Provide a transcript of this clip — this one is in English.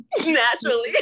naturally